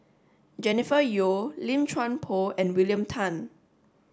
Jennifer Yeo Lim Chuan Poh and William Tan